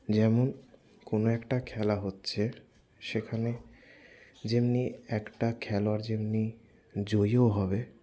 যেমন কোনো একটা খেলা হচ্ছে সেখানে যেমনি একটা খেলোয়াড় যেমনি জয়ীও হবে